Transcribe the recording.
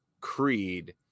Creed